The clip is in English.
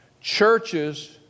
churches